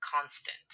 constant